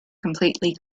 completely